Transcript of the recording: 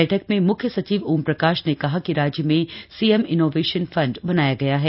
बैठक में म्ख्य सचिव ओमप्रकाश ने कहा कि राज्य में सीएम इनोवेशन फण्ड बनाया गया है